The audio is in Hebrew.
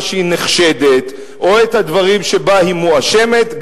שהיא נחשדת או את הדברים שבהם היא מואשמת,